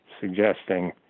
suggesting